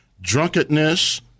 drunkenness